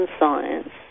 science